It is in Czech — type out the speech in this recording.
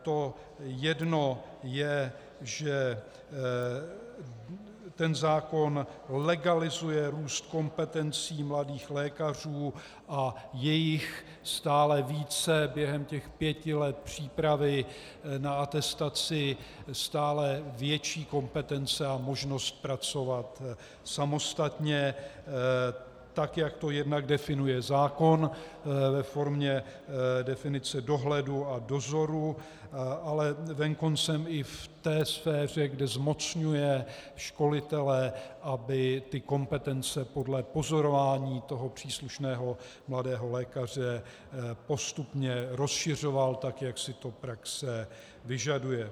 To jedno je, že ten zákon legalizuje růst kompetencí mladých lékařů, a je jich stále více během těch pěti let přípravy na atestaci, stále větší kompetence a možnost pracovat samostatně, tak jak to jednak definuje zákon ve formě definice dohledu a dozoru, ale venkoncem i v té sféře, kde zmocňuje školitele, aby ty kompetence podle pozorování příslušného mladého lékaře postupně rozšiřoval, tak jak si to praxe vyžaduje.